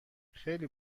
خیلی